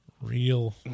real